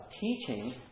teaching